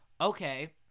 okay